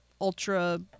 Ultra